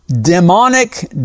demonic